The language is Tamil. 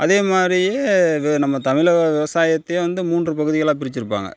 அது மாதிரியே நம்ம தமிழக விவசாயத்தையும் வந்து மூன்று பகுதிகளாக பிரித்திருப்பாங்க